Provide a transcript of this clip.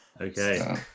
okay